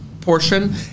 portion